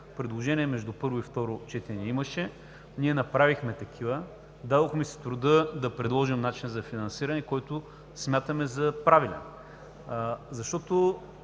Предложения между първо и второ четене имаше, ние направихме такива. Дадохме си труда да предложим начин за финансиране, който смятаме за правилен. Вие